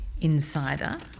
insider